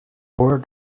where